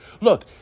Look